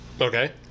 Okay